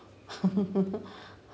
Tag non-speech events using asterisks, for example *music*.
*laughs*